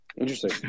Interesting